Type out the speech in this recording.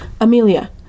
amelia